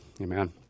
Amen